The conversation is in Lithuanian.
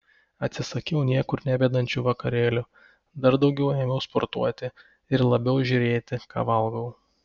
atsisakiau niekur nevedančių vakarėlių dar daugiau ėmiau sportuoti ir labiau žiūrėti ką valgau